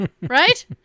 right